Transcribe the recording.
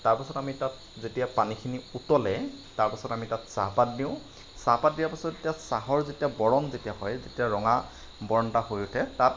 তাৰ পাছত আমি তাত যেতিয়া পানীখিনি উতলে তাৰ পাছত আমি তাত চাহপাত দিওঁ চাহপাত দিয়াৰ পাছত এতিয়া চাহৰ যেতিয়া বৰণ যেতিয়া হয় তেতিয়া ৰঙা বৰণ এটা হৈ উঠে তাত